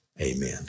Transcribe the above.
Amen